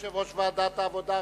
תודה רבה ליושב-ראש ועדת העבודה,